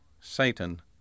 Satan